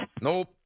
Nope